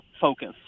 focus